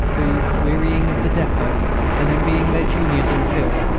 who, wearying of the depot and envying their juniors in the field,